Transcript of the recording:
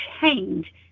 change